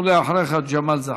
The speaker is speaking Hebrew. ואחריך, ג'מאל זחאלקה.